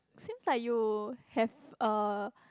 seems like you have a